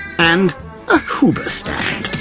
and a hoobastand,